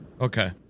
Okay